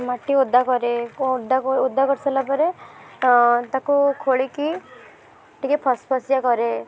ମାଟି ଓଦା କରେ ତ ଓଦା ଓଦା କରି ସାରିଲା ପରେ ତାକୁ ଖୋଳିକି ଟିକେ ଫସ୍ଫସିଆ କରେ